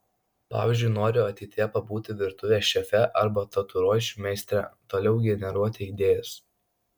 pavyzdžiui noriu ateityje pabūti virtuvės šefe arba tatuiruočių meistre ir toliau generuoti idėjas